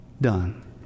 done